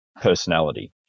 personality